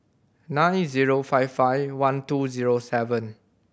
nine zero five five one two zero seven